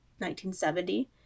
1970